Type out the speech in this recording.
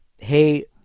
Hey